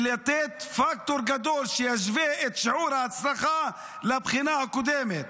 ולתת פקטור גדול שישווה את שיעור ההצלחה לבחינה הקודמת,